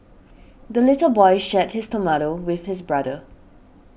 the little boy shared his tomato with his brother